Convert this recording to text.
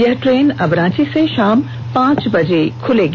यह ट्रेन अब रांची से शाम पांच बजे खुलगी